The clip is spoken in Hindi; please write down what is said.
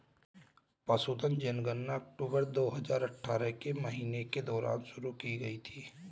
पशुधन जनगणना अक्टूबर दो हजार अठारह के महीने के दौरान शुरू की गई थी